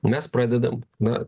mes pradedam na